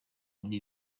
muri